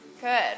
good